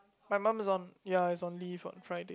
my mum is on ya is on leave on Friday